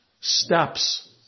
steps